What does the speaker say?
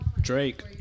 Drake